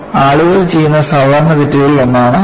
ആളുകൾ ചെയ്യുന്ന സാധാരണ തെറ്റുകളിൽ ഒന്നാണിത്